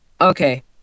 Okay